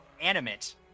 animate